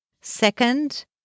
Second